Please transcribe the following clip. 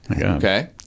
Okay